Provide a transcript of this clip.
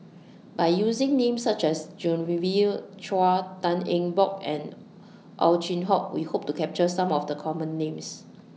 By using Names such as Genevieve Chua Tan Eng Bock and Ow Chin Hock We Hope to capture Some of The Common Names